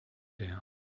there